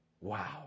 Wow